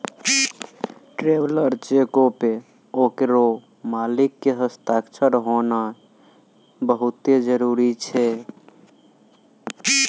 traveller चेको पे ओकरो मालिक के हस्ताक्षर होनाय बहुते जरुरी छै